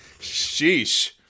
Sheesh